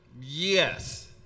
Yes